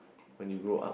when you grow up